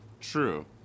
true